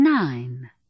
Nine